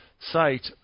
site